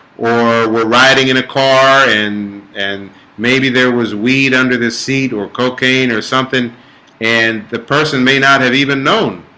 or we're riding in a car and and maybe there was weed under this seat or cocaine or something and the person may not have even known